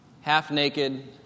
half-naked